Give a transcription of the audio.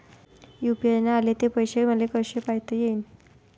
UPI न आले ते पैसे मले कसे पायता येईन?